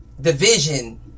division